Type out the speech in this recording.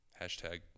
Hashtag